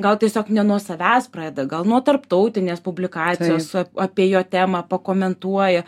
gal tiesiog ne nuo savęs pradeda gal nuo tarptautinės publikacijos apie jo temą pakomentuoja